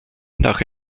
nach